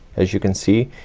as you can see,